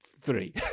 three